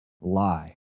lie